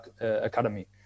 academy